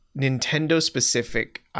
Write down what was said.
Nintendo-specific